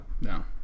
No